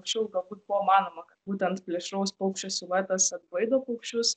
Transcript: anksčiau galbūt buvo manoma kad būtent plėšraus paukščio siluetas atbaido paukščius